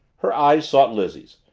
her eyes sought lizzie's,